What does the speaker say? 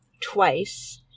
twice